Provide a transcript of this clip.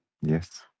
Yes